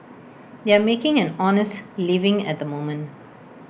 they are making an honest living at the moment